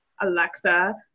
Alexa